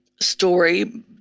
story